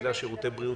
רב.